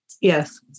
Yes